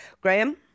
graham